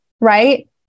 right